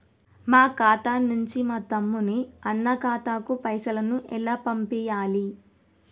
మా ఖాతా నుంచి మా తమ్ముని, అన్న ఖాతాకు పైసలను ఎలా పంపియ్యాలి?